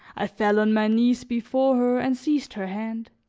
i fell on my knees before her and seized her hand.